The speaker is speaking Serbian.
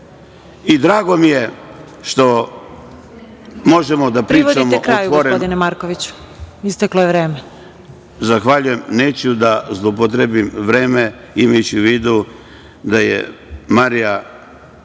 Drago mi je što možemo da pričamo otvoreno…(Predsedavajuća: Privodite kraju, gospodine Markoviću, isteklo je vreme)Zahvaljujem, neću da zloupotrebim vreme, imajući u vidu da je Marija,